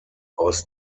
aus